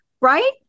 Right